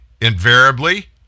Invariably